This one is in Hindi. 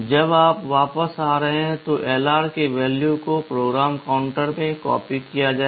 जब आप वापस आ रहे हैं तो LR के वैल्यू को वापस PC में कॉपी किया जाएगा